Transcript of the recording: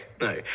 No